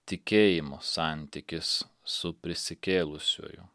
tikėjimo santykis su prisikėlusiuoju